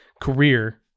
career